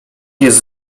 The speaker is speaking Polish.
jest